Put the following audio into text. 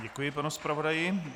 Děkuji panu zpravodaji.